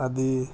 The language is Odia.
ଆଦି